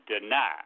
deny